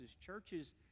churches